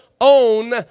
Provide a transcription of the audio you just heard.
own